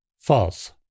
False